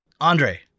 Andre